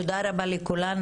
תודה רבה לכולם.